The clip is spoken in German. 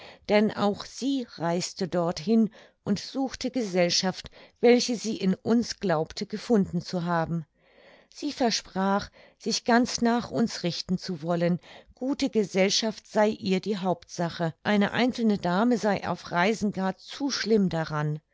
denn auch sie reiste dorthin und suchte gesellschaft welche sie in uns glaubte gefunden zu haben sie versprach sich ganz nach uns richten zu wollen gute gesellschaft sei ihr die hauptsache eine einzelne dame sei auf reisen gar zu schlimm daran